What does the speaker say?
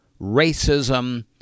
racism